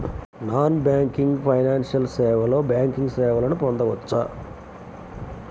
Non banking financial సేవలో banking సేవలను పొందవచ్చా?